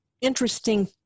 interesting